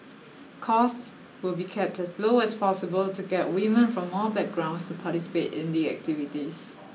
costs will be kept as low as possible to get women from all backgrounds to participate in the activities